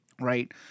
Right